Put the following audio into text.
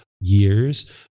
years